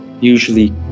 usually